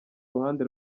ruhande